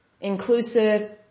inclusive